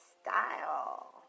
style